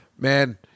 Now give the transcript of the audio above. Man